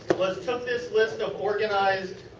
was took this list of organized